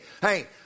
Hey